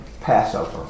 Passover